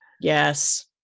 Yes